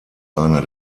einer